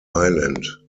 island